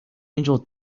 angel